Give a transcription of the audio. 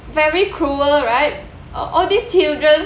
very cruel right uh all these children